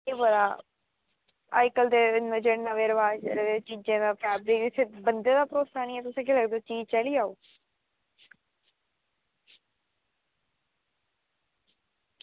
केह् पता ते अज्जकल इन्ने रवाज़ चले दे चीज़ें दे कि बंदे दा भरोसा निं ऐ ते तुस केह् आक्खदे चीज़ चली जाह्ग